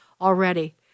already